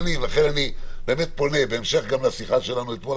בהמשך לשיחתנו אתמול,